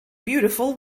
beautiful